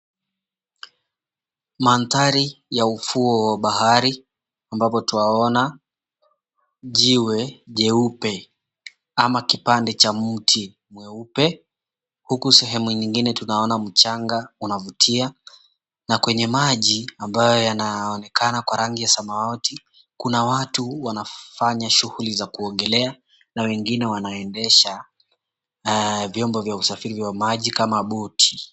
Manthari ya ufuo wa bahari, ambapo twaona jiwe jeupe ama kipande cha mti mweupe. Huku sehemu nyingine tunaona mchanga unavutia, na kwenye maji ambayo yanaonekana kwa rangi ya samawati, kuna watu wanaofanya shughuli za kuogelea na wengine wanaendesha vyombo vya usafiri wa maji kama boti.